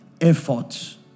Effort